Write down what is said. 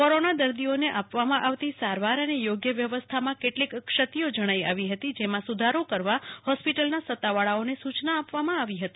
corona દર્દીઓને આપવામાં આવતી સારવાર અને યોગ્ય વ્યવસ્થામાં કેટલીક ક્ષતિઓ જણાઈ આવી હતી તેમાં સુધારો કરવા હોસ્પિટલના સત્તાવાળાઓને સૂ ચના આપી હતી